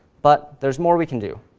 but there's more we can do.